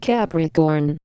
Capricorn